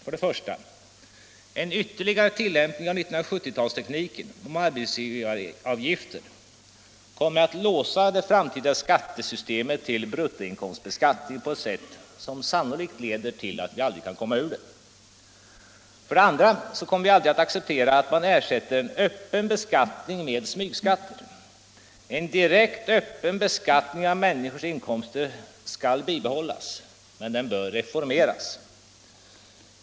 För det första kommer en ytterligare tillämpning av 1970-talstekniken i fråga om arbetsgivaravgifter. att låsa det framtida skattesystemet till bruttoinkomstbeskattning på ett sätt som sannolikt leder till att vi aldrig kan komma ur det. För det andra kommer vi aldrig att acceptera att man ersätter öppen beskattning med smygskatter. En direkt öppen beskattning av människors inkomster skall bibehållas, men den bör reformeras.